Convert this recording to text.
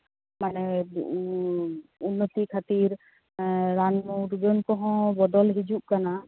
ᱩᱱᱱᱚᱛᱤ ᱠᱷᱟᱹᱛᱤᱨ ᱨᱟᱱ ᱢᱩᱨᱜᱟᱹᱱ ᱠᱚᱦᱚᱸ ᱵᱚᱫᱚᱞ ᱦᱤᱡᱩᱜ ᱠᱟᱱᱟ